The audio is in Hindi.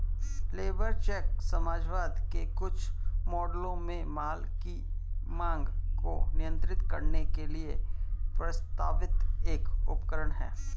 लेबर चेक समाजवाद के कुछ मॉडलों में माल की मांग को नियंत्रित करने के लिए प्रस्तावित एक उपकरण है